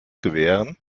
gewähren